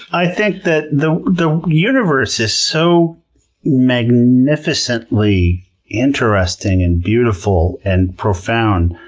i think that the the universe is so magnificently interesting, and beautiful, and profound.